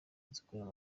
zikorera